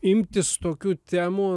imtis tokių temų